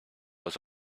was